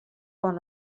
quan